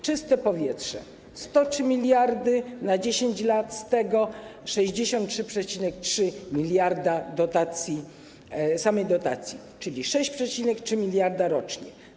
Czyste powietrze” - 103 mld na 10 lat, z czego 63,3 mld samej dotacji, czyli 6,3 mld rocznie.